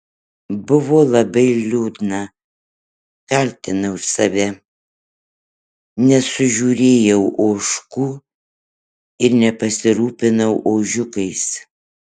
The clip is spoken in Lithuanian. buvo labai liūdna kaltinau save nesužiūrėjau ožkų ir nepasirūpinau ožiukais